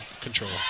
control